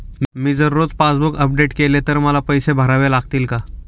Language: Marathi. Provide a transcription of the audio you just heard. मी जर रोज पासबूक अपडेट केले तर मला पैसे भरावे लागतील का?